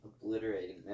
obliterating